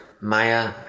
Maya